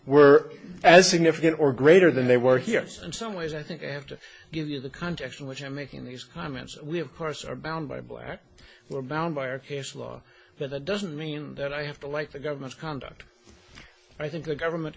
were as significant or greater than they were here so in some ways i think i have to give you the context in which i'm making these comments we of course are bound by black were bound by our case law but that doesn't mean that i have to like the government conduct i think the government